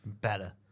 better